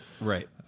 right